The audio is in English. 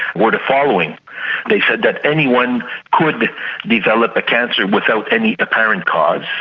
were the following they said that anyone could develop a cancer without any apparent cause.